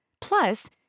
Plus